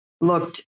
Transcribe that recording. looked